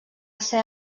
ser